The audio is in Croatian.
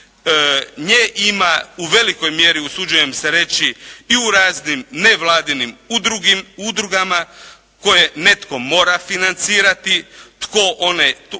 Nje ima u velikoj mjeri, usuđujem se reći i u raznim nevladinim udrugama koje netko mora financirati, tko one